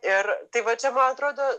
ir tai va čia man atrodo